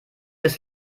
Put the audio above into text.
ist